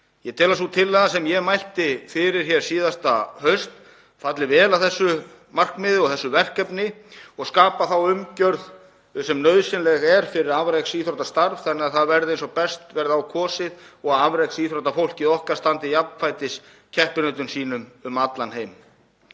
Ég tel að sú tillaga sem ég mælti fyrir hér síðasta haust falli vel að þessu markmiði og þessu verkefni og skapi þá umgjörð sem nauðsynleg er fyrir afreksíþróttastarf þannig að það verði eins og best verður á kosið og afreksíþróttafólkið okkar standi jafnfætis keppinautum sínum um allan heim.